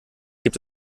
gibt